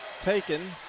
taken